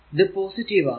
ഇത് പോസിറ്റീവ് ആണ്